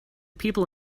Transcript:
people